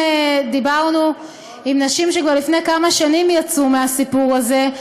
דיברנו עם נשים שכבר לפני כמה שנים יצאו מהסיפור הזה,